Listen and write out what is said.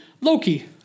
Loki